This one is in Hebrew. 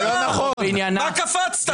מה קפצת?